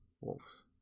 wolves